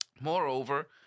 Moreover